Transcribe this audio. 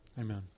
Amen